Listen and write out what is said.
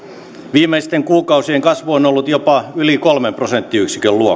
viimeisten kuukausien kasvu on ollut jopa yli kolmen prosenttiyksikön luokkaa